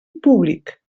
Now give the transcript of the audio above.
públic